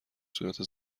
صورت